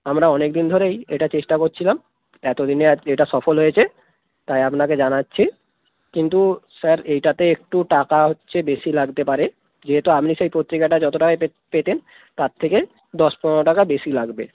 আমরা অনেকদিন ধরেই এটা চেষ্টা করছিলাম এতদিনে আজ এটা সফল হয়েছে তাই আপনাকে জানাচ্ছি কিন্তু স্যার এইটাতে একটু টাকা হচ্ছে বেশি লাগতে পারে যেহেতু আপনি সেই পত্রিকাটা যত টাকায় পেত পেতেন তার থেকে দশ পনেরো টাকা বেশি লাগবে